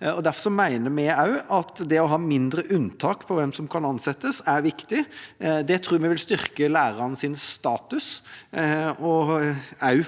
Derfor mener vi også at det å ha færre unntak når det gjelder hvem som kan ansettes, er viktig. Det tror vi vil styrke lærernes status, og